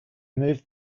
moved